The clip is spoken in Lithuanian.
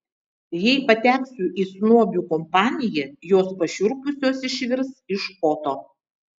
jei pateksiu į snobių kompaniją jos pašiurpusios išvirs iš koto